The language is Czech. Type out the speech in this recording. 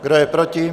Kdo je proti?